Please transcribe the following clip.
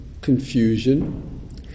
confusion